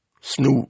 Snoop